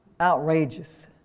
outrageous